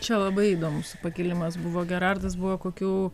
čia labai įdomus pakilimas buvo gerardas buvo kokių